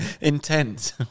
intense